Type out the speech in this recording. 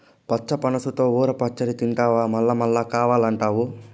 పచ్చి పనసతో ఊర పచ్చడి తింటివా మల్లమల్లా కావాలంటావు